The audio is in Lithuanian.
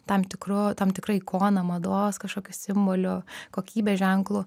tam tikru tam tikra ikona mados kažkokiu simboliu kokybės ženklu